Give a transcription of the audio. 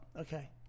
okay